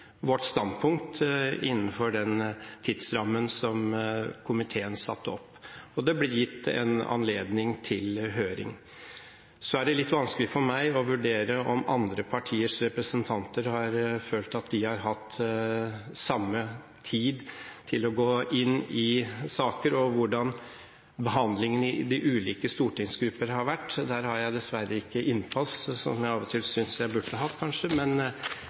vårt standpunkt innenfor den tidsrammen som komiteen satte opp, og det ble gitt anledning til høring. Så er det litt vanskelig for meg å vurdere om andre partiers representanter har følt at de har hatt samme tid til å gå inn i saker, og hvordan behandlingen i de ulike stortingsgrupper har vært. Der har jeg dessverre ikke innpass – som jeg av og til synes jeg kanskje burde hatt– men